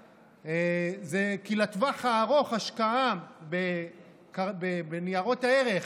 זה כי לטווח הארוך השקעה בניירות ערך